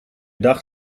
dag